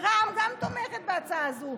ושרע"מ גם תומכת בהצעה הזאת.